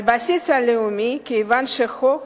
על הבסיס הלאומי, כיוון שהחוק